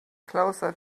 closer